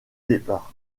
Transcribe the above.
départ